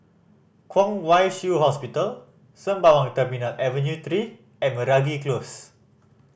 Kwong Wai Shiu Hospital Sembawang Terminal Avenue Three and Meragi Close